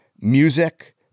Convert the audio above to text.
music